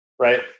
right